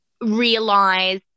realize